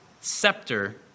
scepter